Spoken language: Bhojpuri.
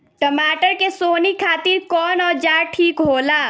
टमाटर के सोहनी खातिर कौन औजार ठीक होला?